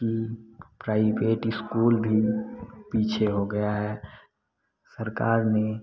कि private school भी पीछे हो गया है सरकार ने